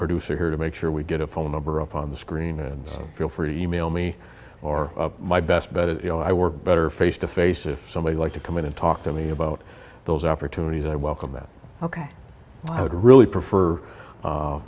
producer here to make sure we get a phone number up on the screen and feel free to e mail me or my best bet is you know i work better face to face if somebody like to come in and talk to me about those opportunities i welcome that ok i would really prefer